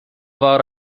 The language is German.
war